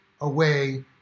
away